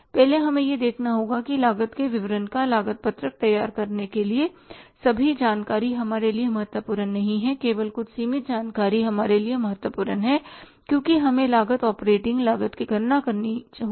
पहले हमें यह देखना होगा कि लागत के विवरण का लागत पत्रक तैयार करने के लिए सभी जानकारी हमारे लिए महत्वपूर्ण नहीं है केवल कुछ सीमित जानकारी हमारे लिए महत्वपूर्ण है क्योंकि हमें लागत ऑपरेटिंग लागत की गणना करनी होगी